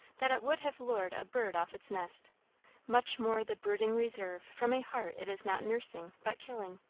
that it would have lured a bird off its nest much more the brooding reserve from a heart it is not nursing but killing.